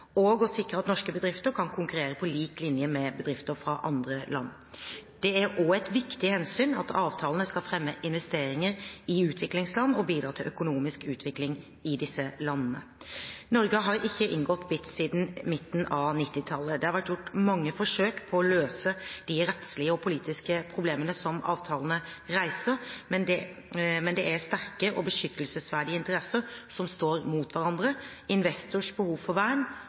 og å sikre at norske bedrifter kan konkurrere på lik linje med bedrifter fra andre land. Det er også et viktig hensyn at avtalene skal fremme investeringer i utviklingsland og bidra til økonomisk utvikling i disse landene. Norge har ikke inngått BITs siden midten av 1990-tallet. Det har vært gjort mange forsøk på å løse de rettslige og politiske problemene som avtalene reiser, men det er sterke og beskyttelsesverdige interesser som står mot hverandre: investors behov for vern